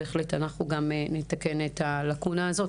אנחנו, בהחלט, נתקן גם את הלקונה הזאת.